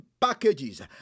packages